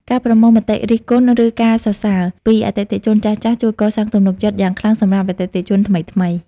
ការប្រមូលមតិរិះគន់ ឬការសរសើរ ពីអតិថិជនចាស់ៗ ជួយកសាងទំនុកចិត្តយ៉ាងខ្លាំងសម្រាប់អតិថិជនថ្មី។